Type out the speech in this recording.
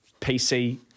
PC